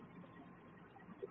এই হল আমাদের উত্তর